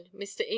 mr